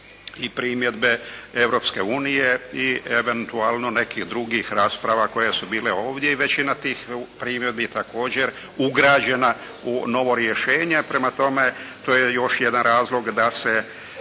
i primjedbe Europske unije i eventualno nekih drugih rasprava koje su bile ovdje i većina tih primjedbi je također ugrađena u novo rješenje. Prema tome, to je još jedan razlog da se